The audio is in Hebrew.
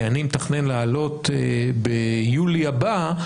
הוא מתכנן לעלות ביולי הבא,